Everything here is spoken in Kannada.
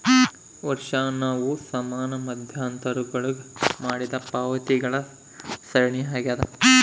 ವರ್ಷಾಶನವು ಸಮಾನ ಮಧ್ಯಂತರಗುಳಾಗ ಮಾಡಿದ ಪಾವತಿಗಳ ಸರಣಿಯಾಗ್ಯದ